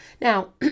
Now